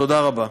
תודה רבה.